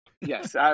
Yes